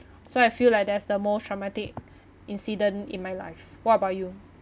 so I feel like that's the most traumatic incident in my life what about you